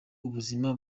ubuzima